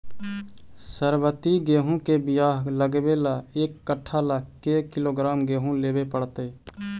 सरबति गेहूँ के बियाह लगबे ल एक कट्ठा ल के किलोग्राम गेहूं लेबे पड़तै?